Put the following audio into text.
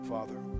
Father